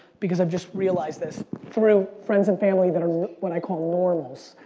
because i've just realized this through friends and family that are what i call normals,